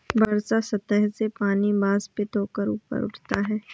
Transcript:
वर्षा सतह से पानी वाष्पित होकर ऊपर उठता है